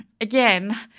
again